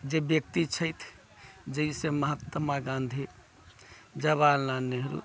जे व्यक्ति छथि जैसे महात्मा गाँधी जवाहर लाल नेहरू